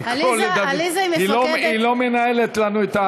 עליזה היא המפקדת, היא לא מנהלת לנו.